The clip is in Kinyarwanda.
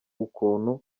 ukuntu